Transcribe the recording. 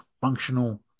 functional